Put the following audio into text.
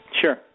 Sure